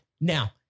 Now